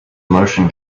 motion